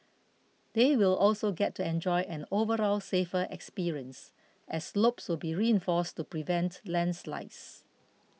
they will also get to enjoy an overall safer experience as slopes will be reinforced to prevent landslides